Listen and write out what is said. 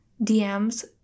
DMs